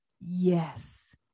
yes